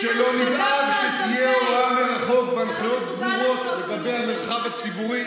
ולא נדאג שתהיה הוראה מרחוק והנחיות ברורות לגבי המרחב הציבורי?